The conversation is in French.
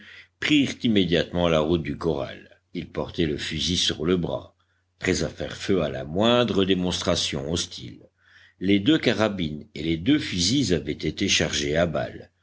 prirent immédiatement la route du corral ils portaient le fusil sur le bras prêts à faire feu à la moindre démonstration hostile les deux carabines et les deux fusils avaient été chargés à balle